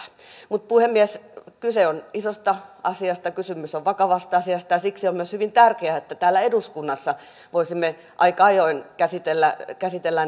puhemies kyse on isosta asiasta kysymys on vakavasta asiasta ja siksi on myös hyvin tärkeää että täällä eduskunnassa voisimme aika ajoin käsitellä